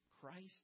Christ